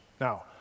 Now